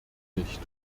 nicht